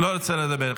לא רוצה לדבר.